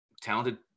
talented